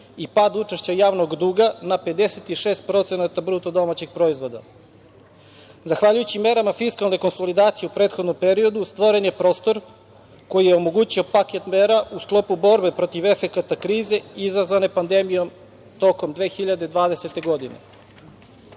i pad učešća javnog duga na 56% BDP.Zahvaljujući merama fiskalne konsolidacije u prethodnom periodu stvoren je prostor koji je omogućio paket mera u sklopu borbe protiv efekata krize izazvane pandemijom tokom 2020. godine.U